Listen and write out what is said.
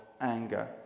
anger